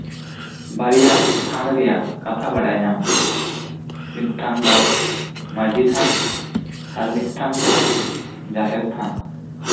ᱵᱟᱨᱭᱟ ᱛᱷᱟᱱ ᱨᱮᱭᱟᱜ ᱠᱟᱛᱷᱟ ᱵᱟᱰᱟᱭ ᱧᱟᱢᱚᱜᱼᱟ ᱢᱤᱫᱴᱟᱝ ᱫᱚ ᱢᱟᱹᱡᱷᱤ ᱛᱷᱟᱱ ᱟᱨ ᱢᱤᱫᱴᱟᱝ ᱫᱚ ᱡᱟᱦᱮᱨ ᱛᱷᱟᱱ